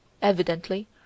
evidently